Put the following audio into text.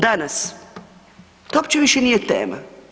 Danas, to uopće više nije tema.